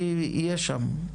אני אהיה שם.